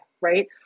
right